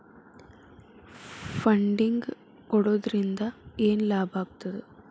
Funding ಕೊಡೊದ್ರಿಂದಾ ಏನ್ ಲಾಭಾಗ್ತದ?